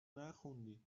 نخوندی